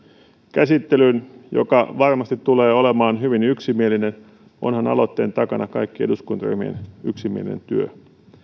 käsittelyyn joka varmasti tulee olemaan hyvin yksimielinen onhan aloitteen takana kaikkien eduskuntaryhmien yksimielinen työ